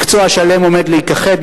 מקצוע שלם הולך להיכחד,